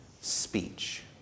speech